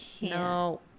no